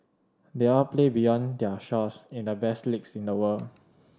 they all play beyond their shores in the best leagues in the world